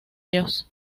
ellos